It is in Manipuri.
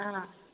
ꯑꯥ